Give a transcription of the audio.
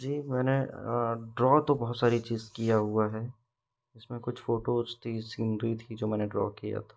जी मैंने ड्रॉ तो बहुत सारी चीज़ किया हुआ है इसमें कुछ फ़ोटोज़ थी सीनरी थी जो मैंने ड्रॉ किया था